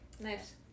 Nice